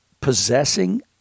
possessing